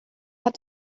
hat